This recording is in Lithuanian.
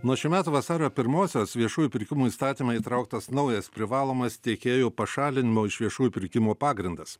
nuo šių metų vasario pirmosios viešųjų pirkimų įstatyme įtrauktas naujas privalomas tiekėjų pašalinimo iš viešųjų pirkimų pagrindas